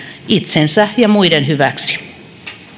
itsensä ja muiden hyväksi